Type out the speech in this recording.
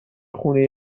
خونه